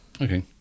Okay